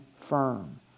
firm